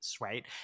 right